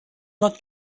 not